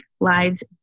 lives